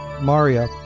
maria